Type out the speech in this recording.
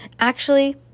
Actually